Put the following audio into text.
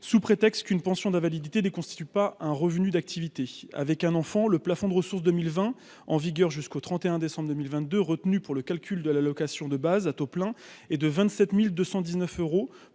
sous prétexte qu'une pension d'invalidité des constitue pas un revenu d'activité avec un enfant, le plafond de ressources 2020 en vigueur jusqu'au 31 décembre 2022 retenue pour le calcul de l'allocation de base à taux plein et de 27219 euros